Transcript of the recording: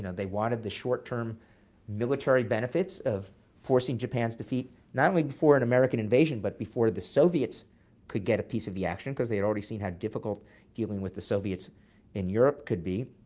they wanted the short-term military benefits of forcing japan's defeat not only before an american invasion, but before the soviets could get a piece of the action, because they had already seen how difficult dealing with the soviets in europe could be.